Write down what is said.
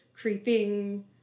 creeping